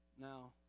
Now